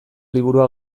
liburua